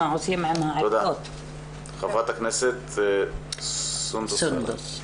של רופא בכיר ועובדת סוציאלית מנוסה.